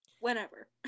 Whenever